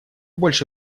больше